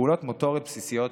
פעולות מוטוריות בסיסיות,